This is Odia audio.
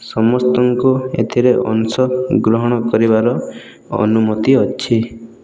ସମସ୍ତଙ୍କୁ ଏଥିରେ ଅଂଶଗ୍ରହଣ କରିବାକୁ ଅନୁମତି ଅଛି